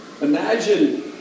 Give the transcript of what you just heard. imagine